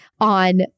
on